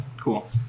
Cool